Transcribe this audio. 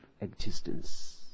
existence